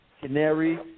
Canary